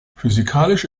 physikalische